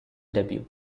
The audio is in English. debut